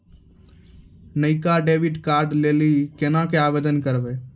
नयका डेबिट कार्डो लै लेली केना के आवेदन करबै?